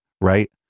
right